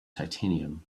titanium